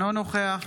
אינו נוכח